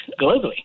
globally